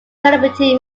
celebrity